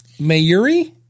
Mayuri